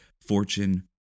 Fortune